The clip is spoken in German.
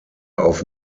auf